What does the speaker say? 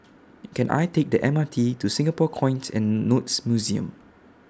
Can I Take The M R T to Singapore Coins and Notes Museum